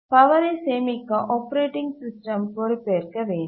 பவரை சேமிக்க operating system பொறுப்பேற்க வேண்டும்